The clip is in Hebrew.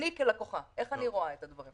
איך אני כלקוחה רואה את הדברים?